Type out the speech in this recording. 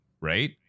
right